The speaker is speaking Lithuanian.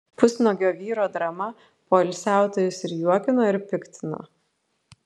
pusnuogio vyro drama poilsiautojus ir juokino ir piktino